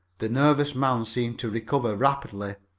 the nervous man seemed to recover rapidly,